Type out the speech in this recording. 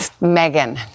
Megan